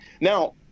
Now